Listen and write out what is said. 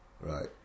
Right